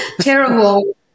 terrible